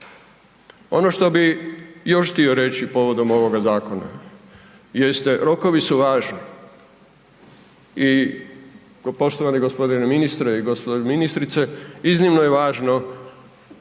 Ono što bi još htio reći povodom ovog zakona jeste rokovi su važni i poštovani g. ministre i gđo. ministrice iznimno je važno